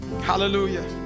Hallelujah